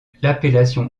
l’appellation